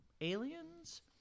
aliens